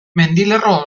mendilerro